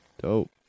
Dope